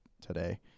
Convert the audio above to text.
today